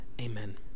Amen